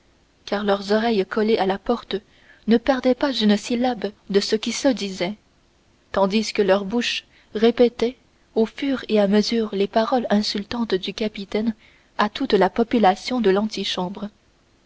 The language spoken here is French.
car leurs oreilles collées à la porte ne perdaient pas une syllabe de ce qui se disait tandis que leurs bouches répétaient au fur et à mesure les paroles insultantes du capitaine à toute la population de l'antichambre